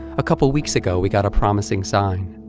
a couple weeks ago we got a promising sign.